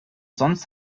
sonst